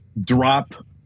drop